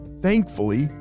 thankfully